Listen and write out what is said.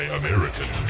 american